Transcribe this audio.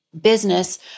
business